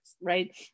right